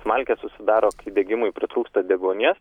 smalkės susidaro kai degimui pritrūksta deguonies